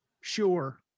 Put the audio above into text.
Sure